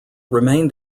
remained